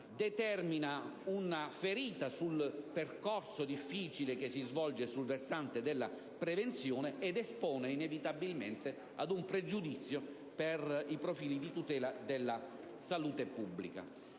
determinano una ferita sul percorso difficile che si svolge sul versante della prevenzione ed espongono inevitabilmente ad un pregiudizio per i profili di tutela della salute pubblica.